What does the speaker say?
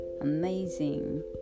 amazing